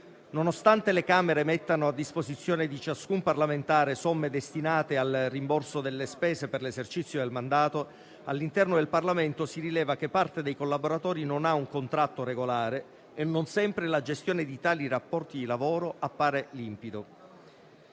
Nonostante le Camere mettano a disposizione di ciascun parlamentare somme destinate al rimborso delle spese per l'esercizio del mandato, all'interno del Parlamento si rileva che parte dei collaboratori non ha un contratto regolare e non sempre la gestione di tali rapporti di lavoro appare limpida.